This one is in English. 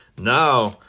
Now